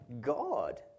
God